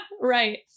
Right